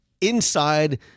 inside